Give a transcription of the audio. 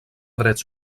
drets